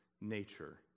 nature